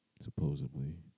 supposedly